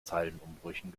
zeilenumbrüchen